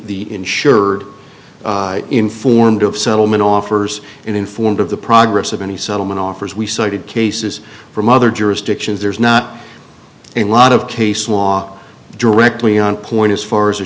the insured informed of settlement offers and informed of the progress of any settlement offers we cited cases from other jurisdictions there's not a lot of case law directly on point as far as